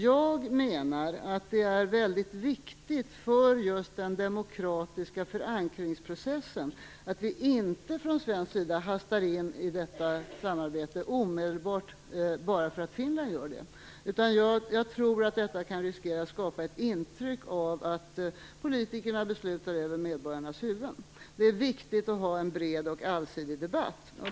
Jag menar att det är väldigt viktigt för just den demokratiska förankringsprocessen att vi från svensk sida inte hastar in i detta samarbete omedelbart bara därför att Finland gör det. Jag tror att detta kan riskera att skapa ett intryck av att politikerna beslutar över medborgarnas huvuden. Det är viktigt att ha en bred och allsidig debatt.